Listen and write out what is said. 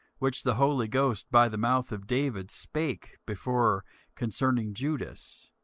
which the holy ghost by the mouth of david spake before concerning judas,